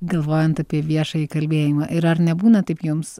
galvojant apie viešąjį kalbėjimą ir ar nebūna taip jums